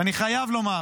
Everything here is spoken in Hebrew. ואני חייב לומר